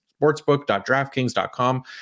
sportsbook.draftkings.com